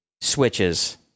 switches